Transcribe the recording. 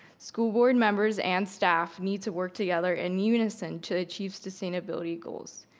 school board members and staff need to work together in unison to achieve sustainability goals.